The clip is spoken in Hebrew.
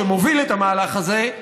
שמוביל את המהלך הזה,